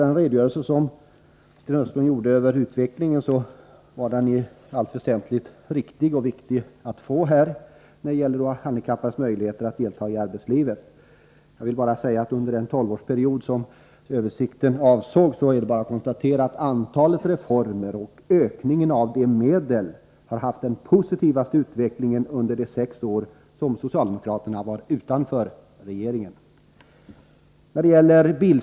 Den redogörelse för utvecklingen när det gäller arbetshandikappades möjligheter att delta i arbetslivet som Sten Östlund gjorde var i allt väsentligt riktig. Det var viktigt att få den. Jag vill bara säga att under den tolvårsperiod som översikten avsåg har antalet reformer och ökningen av de tilldelade medlen haft den mest positiva utvecklingen under de sex år då socialdemokraterna var utanför regeringen.